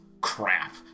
crap